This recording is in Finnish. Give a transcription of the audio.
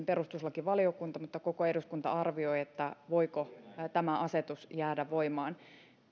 perustuslakivaliokunta mutta koko eduskunta arvioi voiko tämä asetus jäädä voimaan